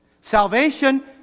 Salvation